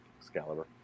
Excalibur